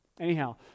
Anyhow